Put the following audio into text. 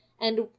and-